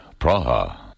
Praha